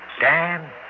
Dan